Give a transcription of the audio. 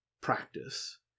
practice